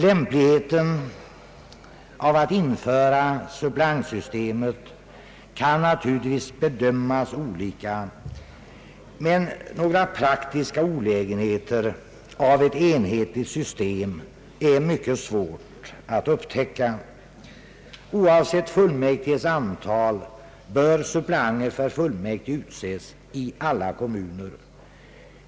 Lämpligheten av att införa suppleantsystemet kan naturligtvis bedömas olika, men några praktiska olägenheter av ett enhetligt system är det mycket svårt att upptäcka. Oavsett fullmäktiges antal bör suppleanter för fullmäktigeledamöter utses i alla kommuner.